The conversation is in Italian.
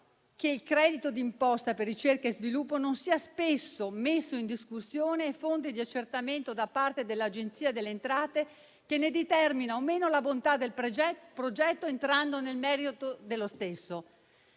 il credito d'imposta per ricerca e sviluppo non sia spesso messo in discussione e fonte di accertamento da parte dell'Agenzia delle entrate, che ne determina o meno la bontà del progetto, entrando nel merito dello stesso.